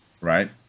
right